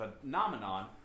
phenomenon